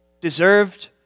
deserved